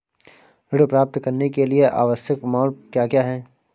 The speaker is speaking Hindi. ऋण प्राप्त करने के लिए आवश्यक प्रमाण क्या क्या हैं?